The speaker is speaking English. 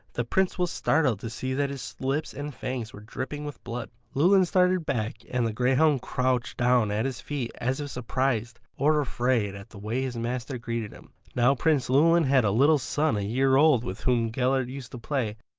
the prince was startled to see that his lips and fangs were dripping with blood. llewelyn started back and the greyhound crouched down at his feet as if surprised or afraid at the way his master greeted him. now prince llewelyn had a little son a year old with whom gellert used to play,